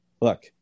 Look